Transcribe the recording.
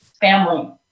family